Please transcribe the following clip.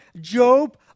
Job